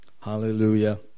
Hallelujah